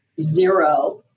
zero